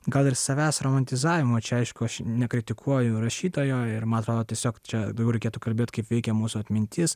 gal ir savęs romantizavimo čia aišku aš nekritikuoju rašytojo ir man atrodo tiesiog čia reikėtų kalbėt kaip veikia mūsų atmintis